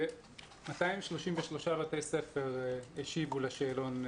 233 בתי ספר השיבו לשאלון,